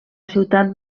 ciutat